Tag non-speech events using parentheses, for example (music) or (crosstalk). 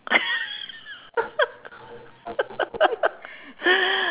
(laughs)